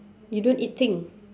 you don't eat thing